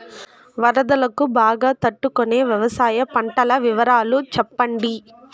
వరదలకు బాగా తట్టు కొనే వ్యవసాయ పంటల వివరాలు చెప్పండి?